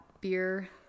beer